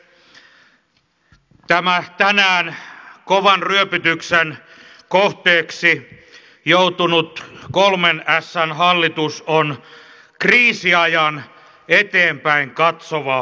tämä tänään kovan ryöpytyksen kohteeksi joutunut kolmen ässän hallitus on kriisiajan eteenpäin katsova hallitus